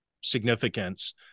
significance